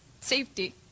safety